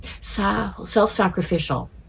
self-sacrificial